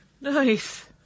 Nice